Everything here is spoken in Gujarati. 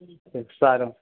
સારું